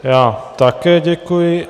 Já také děkuji.